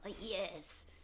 Yes